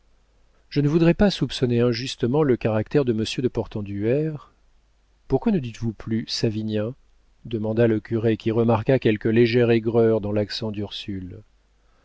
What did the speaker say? je ne voudrais pas soupçonner injustement le caractère de monsieur de portenduère pourquoi ne dites-vous plus savinien demanda le curé qui remarqua quelque légère aigreur dans l'accent d'ursule